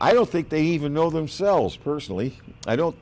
i don't think they even know themselves personally i don't